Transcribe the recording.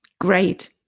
Great